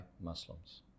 Muslims